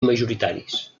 majoritaris